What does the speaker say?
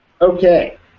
Okay